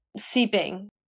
seeping